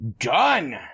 Done